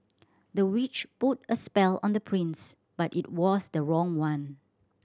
the witch put a spell on the prince but it was the wrong one